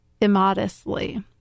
immodestly